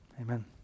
Amen